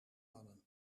mannen